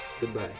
Goodbye